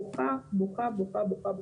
בוכה, בוכה.